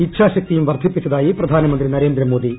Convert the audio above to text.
ഇച്ഛാശക്തിയും വർദ്ധിപ്പിച്ചതായി പ്രധാനമന്ത്രി നരേന്ദ്രമോദി